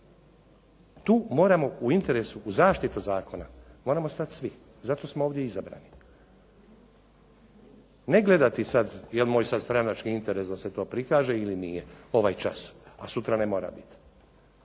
Tu moramo u zaštitu Zakona stati svi, zato smo ovdje izabrani. Ne sada gledati je li to moj stranački interes da se to prikaže ili nije, ovaj čas, a sutra ne mora biti.